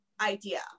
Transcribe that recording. idea